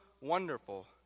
wonderful